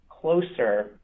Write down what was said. closer